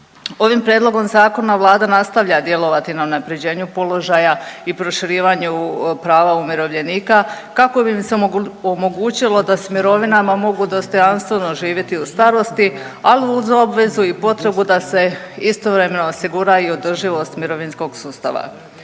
Ovim prijedlogom Zakonom Vlada nastavlja djelovati na unaprjeđenju položaja i proširivanju prava umirovljenika, kako bi im se omogućilo da s mirovinama mogu dostojanstveno živjeti u starosti, ali uz obvezu i potrebe da se istovremeno osigura i održivost mirovinskog sustava.